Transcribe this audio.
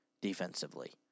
defensively